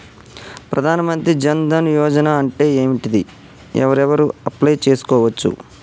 ప్రధాన మంత్రి జన్ ధన్ యోజన అంటే ఏంటిది? ఎవరెవరు అప్లయ్ చేస్కోవచ్చు?